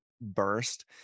burst